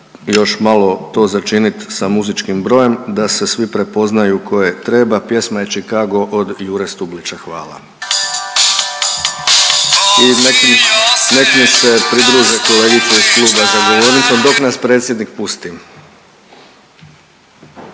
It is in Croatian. još malo to začinit sa muzičkim brojem da se svi prepoznaju ko je treba, pjesma je Chicago od Jure Stublića. Hvala. I nek mi se pridruže kolegice iz kluba za govornicom dok nas predsjednik pusti.